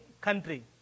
country